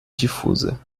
difusa